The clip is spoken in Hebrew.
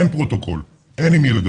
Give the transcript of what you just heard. אין פרוטוקול, אין עם מי לדבר.